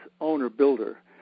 owner-builder